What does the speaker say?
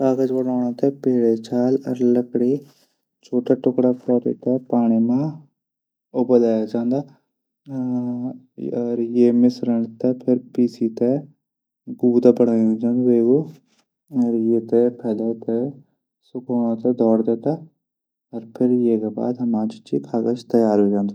कागज बणोद थै छाल या लकडी छुटा छुटा टुकडा कैरी की पाणी मा उबलै जांदा ये मिश्रण थै फिर पीसी थै गूदा बणेये जांदू फिर ये थै फैले की सुखणो कुण धैरी दिंदा फिर कागज तैयार वे जांदू।